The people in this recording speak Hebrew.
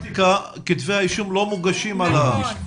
כתבי האישום לא מוגשים על התעללות.